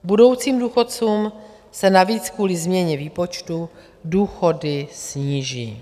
Budoucím důchodcům se navíc kvůli změně výpočtu důchody sníží.